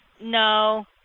No